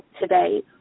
today